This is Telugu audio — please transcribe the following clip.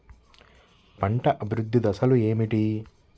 పంట అభివృద్ధి దశలు ఏమిటి?